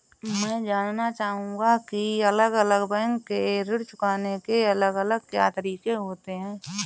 मैं जानना चाहूंगा की अलग अलग बैंक के ऋण चुकाने के अलग अलग क्या तरीके होते हैं?